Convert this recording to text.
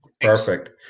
Perfect